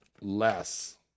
less